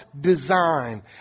design